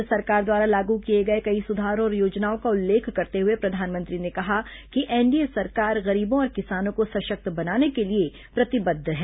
केन्द्र सरकार द्वारा लागू किए गए कई सुधारों और योजनाओं का उल्लेख करते हुए प्रधानमंत्री ने कहा कि एनडीए सरकार गरीबों और किसानों को सशक्त बनाने के लिए प्रतिबद्ध है